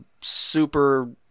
super